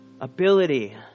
ability